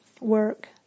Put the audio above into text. work